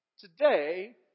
Today